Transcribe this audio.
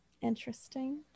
interesting